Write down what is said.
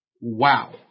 Wow